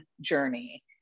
journey